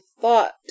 thought